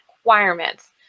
requirements